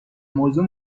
موضوع